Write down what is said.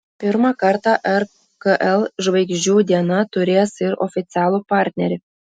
pirmą kartą rkl žvaigždžių diena turės ir oficialų partnerį